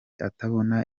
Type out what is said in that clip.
atabona